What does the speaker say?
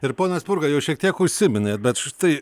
ir pone spurga jau šiek tiek užsiminėt bet štai